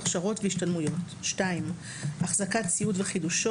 הכשרות והשתלמויות; אחזקת ציוד וחידושו